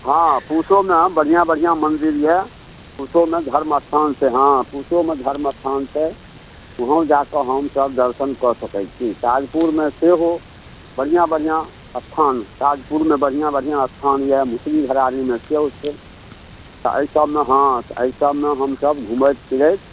हँ पूसोमे बढ़िआँ बढ़िआँ मन्दिर यऽ पूसोमे धर्म स्थान छै हँ पूसोमे धर्म स्थान छै उहोँ जा कऽ हमसब दर्शन कऽ सकै छी ताजपुरमे सेहो बढ़िआँ बढ़िआँ स्थान ताजपुरमे बढ़िआँ बढ़िआँ स्थान यऽ मुसरी घरारीमे सेहो छै तऽ अइ सबमे हँ तऽ अइ सबमे हम सब घुमैत फिरैत